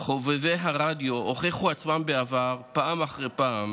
חובבי הרדיו הוכיחו עצמן בעבר פעם אחר פעם